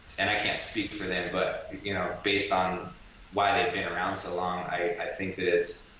and i can't speak for them, but you know based on why they've been around so long i think that it's